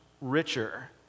richer